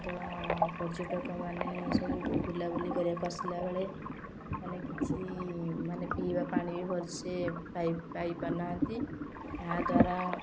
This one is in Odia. ତ ପର୍ଯ୍ୟଟକମାନେ ସବୁ ବୁଲାବୁଲି କରିବାକୁ ଆସିଲା ବେଳେ ମାନେ କିଛି ମାନେ ପିଇବା ପାଣି ବି ଭଲସେ ପାଇ ପାଇ ପାରୁନାହାନ୍ତି ଏହାଦ୍ୱାରା